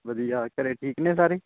ਵਧੀਆ ਘਰ ਠੀਕ ਨੇ ਸਾਰੇ